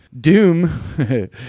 Doom